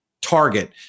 target